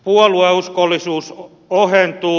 puolueuskollisuus ohentuu